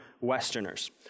Westerners